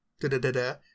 da-da-da-da